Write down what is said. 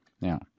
now